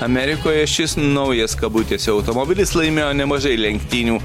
amerikoje šis naujas kabutėse automobilis laimėjo nemažai lenktynių